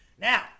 Now